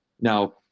Now